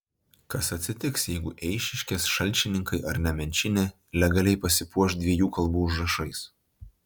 kas atsitiks jeigu eišiškės šalčininkai ar nemenčinė legaliai pasipuoš dviejų kalbų užrašais